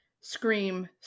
Scream